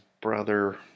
brother